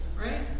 right